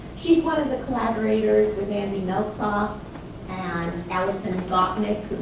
she's one of the collaborators with andy meltzoff and alison gopnik,